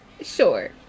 Sure